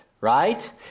Right